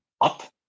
up